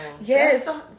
Yes